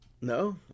no